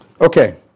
Okay